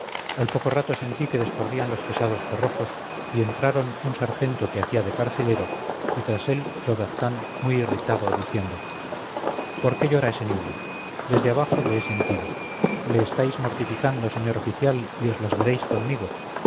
al poco rato sentí que descorrían los pesados cerrojos y entraron un sargento que hacía de carcelero y tras él plobertin muy irritado diciendo por qué llora ese niño desde abajo le he sentido le estáis mortificando señor oficial y os las veréis conmigo